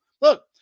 look